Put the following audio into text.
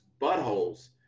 buttholes